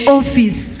office